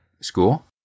school